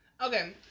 Okay